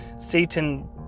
Satan